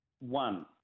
one